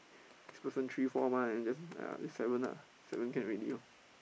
this person three four mah then just ah just seven ah seven can already lor